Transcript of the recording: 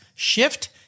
shift